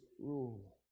rule